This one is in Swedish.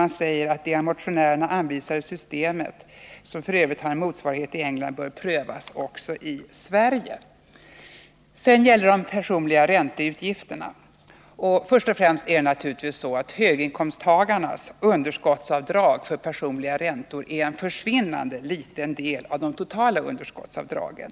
Man säger att det av motionärerna anvisade systemet, som f. ö. har en motsvarighet i England, bör prövas också i Sverige. Så några ord om de personliga ränteutgifterna. Först och främst skall vi ha klart för oss att höginkomsttagarnas underskottsavdrag för personliga räntor utgör en försvinnande liten del av de totala underskottsavdragen.